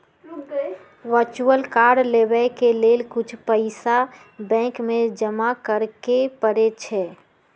virtual card लेबेय के लेल कुछ पइसा बैंक में जमा करेके परै छै